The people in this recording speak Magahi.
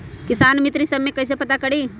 किसान मित्र ई सब मे कईसे पता करी?